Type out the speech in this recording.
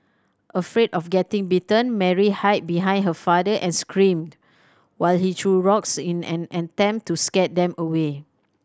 afraid of getting bitten Mary hid behind her father and screamed while he threw rocks in an attempt to scare them away